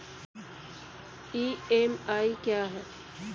EMI क्या है?